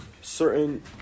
certain